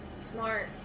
Smart